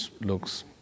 looks